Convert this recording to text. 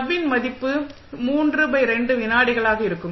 τ வின் மதிப்பு 32 வினாடிகளாக இருக்கும்